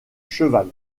cheval